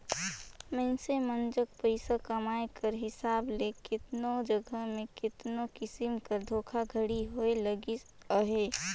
मइनसे मन जग पइसा कमाए कर हिसाब ले केतनो जगहा में केतनो किसिम कर धोखाघड़ी होए लगिस अहे